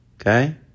Okay